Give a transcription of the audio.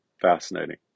fascinating